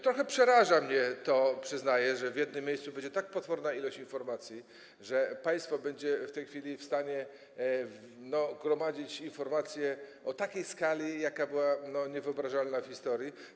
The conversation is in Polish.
Trochę przeraża mnie to, przyznaję, że w jednym miejscu będzie tak potworna ilość informacji, że państwo będzie w stanie gromadzić informacje na taką skalę, jaka była niewyobrażalna w historii.